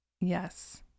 Yes